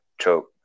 choke